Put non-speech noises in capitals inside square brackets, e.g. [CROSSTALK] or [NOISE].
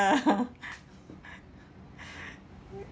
[LAUGHS]